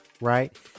right